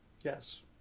Yes